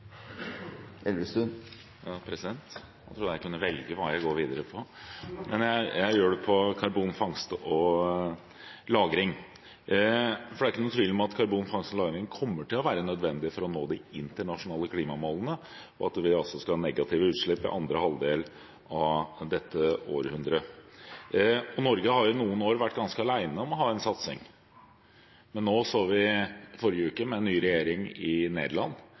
Elvestuen – til oppfølgingsspørsmål. Jeg tror jeg kunne velge hva jeg går videre med, men jeg gjør det når det gjelder karbonfangst og -lagring. Det er ingen tvil om at karbonfangst og -lagring kommer til å være nødvendig for å nå de internasjonale klimamålene, og for at vi skal ha negative utslipp i andre halvdel av dette århundre. Norge har i noen år vært ganske alene om å ha en satsing, men vi så i forrige uke, med en ny regjering i Nederland,